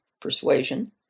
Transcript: persuasion